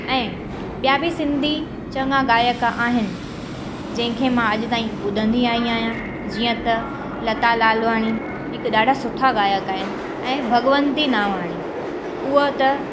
ऐं ॿिया बि सिंधी चङा गाइक आहिनि जंहिंखे मां अॼ ताईं ॿुधंदी आई आहियां जीअं त लता लालवाणी हिकु ॾाढा सुठा गाइक आहिनि ऐं भगवंती नावाणी उअ त